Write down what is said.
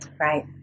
Right